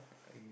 okay